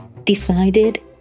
decided